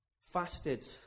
fasted